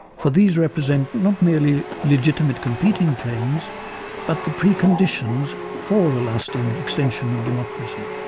for these represent not merely legitimate competing claims but the preconditions for a lasting extension of democracy.